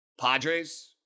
Padres